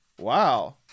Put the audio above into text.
Wow